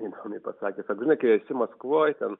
įdomiai pasakė kad žinai kai esi maskvoj ten